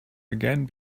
again